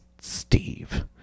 Steve